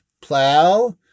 plow